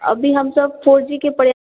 अभी हमसभ four G के प्रया